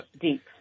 deep